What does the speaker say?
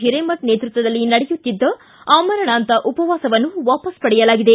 ಹಿರೇಮಠ ನೇತೃತ್ವದಲ್ಲಿ ನಡೆಯುತ್ತಿದ್ದ ಆಮರಣಾಂತ ಉಪವಾಸವನ್ನು ವಾಪಸ್ ಪಡೆಯಲಾಗಿದೆ